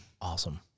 Awesome